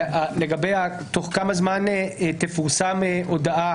ולגבי השאלה תוך כמה זמן תפורסם הודעה